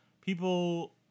people